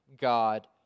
God